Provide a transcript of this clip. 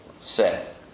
set